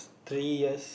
three years